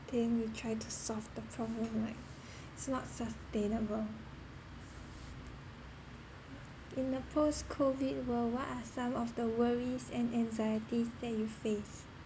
then we try to solve the problem like it's not sustainable in a post COVID world what are some of the worries and anxieties that you face